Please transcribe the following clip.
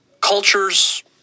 Cultures